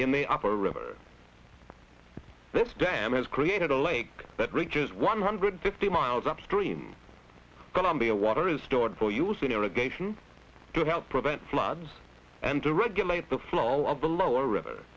in the upper river this dam has created a lake that reaches one hundred fifty miles upstream columbia water is stored for using irrigation to help prevent floods and to regulate the flow of the lower river